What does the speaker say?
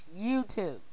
YouTube